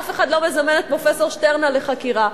אף אחד לא מזמן את פרופסור שטרנהל לחקירה,